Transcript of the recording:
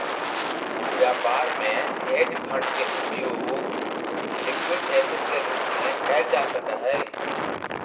व्यापार में hedge fund के उपयोग लिक्विड एसिड के रूप में कैल जा सक हई